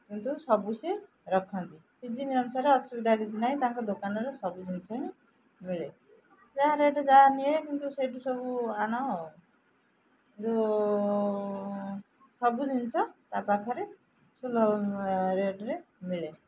କିନ୍ତୁ ସବୁ ସିଏ ରଖନ୍ତି ସିଜିିନ ଅନୁସାରେ ଅସୁବିଧା କିଛି ନାହିଁ ତାଙ୍କ ଦୋକାନରେ ସବୁ ଜିନିଷ ହିଁ ମିଳେ ଯାହା ରେଟ୍ ଯାହା ନିଏ କିନ୍ତୁ ସେଇଠୁ ସବୁ ଆଣ ଆଉ କିନ୍ତ ସବୁ ଜିନିଷ ତା ପାଖରେ ସୁଲଭ ରେଟରେ ମିଳେ